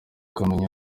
kamonyi